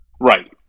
Right